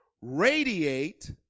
radiate